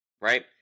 Right